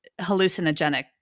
hallucinogenic